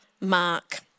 Mark